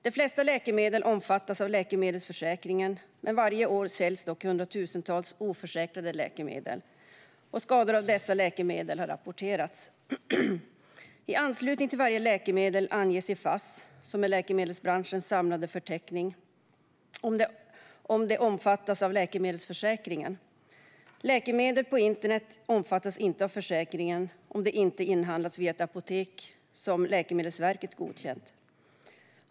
De flesta läkemedel omfattas av läkemedelsförsäkringen, men varje år säljs hundratusentals oförsäkrade läkemedel. Skador av dessa läkemedel har rapporterats. I anslutning till varje läkemedel anges i Fass, läkemedelsbranschens samlade förteckning, om det omfattas av läkemedelsförsäkringen. Läkemedel som säljs på internet omfattas inte av försäkringen om det inte inhandlats via ett apotek som Läkemedelsverket godkänt.